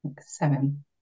Seven